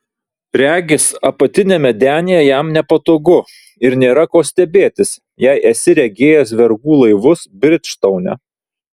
regis apatiniame denyje jam nepatogu ir nėra ko stebėtis jei esi regėjęs vergų laivus bridžtaune